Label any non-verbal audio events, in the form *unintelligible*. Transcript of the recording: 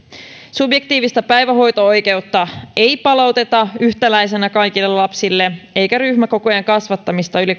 subjektiivista päivähoito oikeutta ei palauteta yhtäläisenä kaikille lapsille eikä ryhmäkokojen kasvattamista yli *unintelligible*